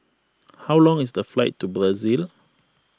how long is the flight to Brazil